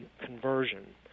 conversion